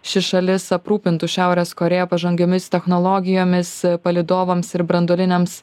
ši šalis aprūpintų šiaurės korėją pažangiomis technologijomis palydovams ir branduoliniams